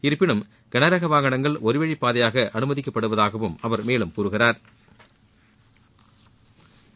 இருப்பினும் கனரக வாகனங்கள் ஒருவழிப்பாதையாக அனுமதிக்கப்படுவதாகவும் அவர் மேலும் கூறுகிறாள்